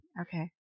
Okay